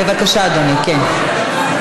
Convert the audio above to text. בבקשה, אדוני, כן.